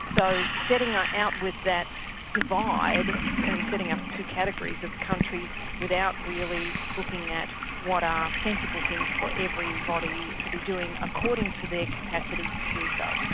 so setting out with that divide and setting up two categories of countries without really looking at what are sensible things for everybody to be doing according to their capacity to do so.